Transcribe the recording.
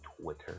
Twitter